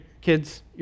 kids